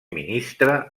ministre